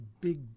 big